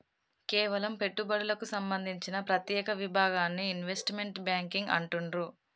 కేవలం పెట్టుబడులకు సంబంధించిన ప్రత్యేక విభాగాన్ని ఇన్వెస్ట్మెంట్ బ్యేంకింగ్ అంటుండ్రు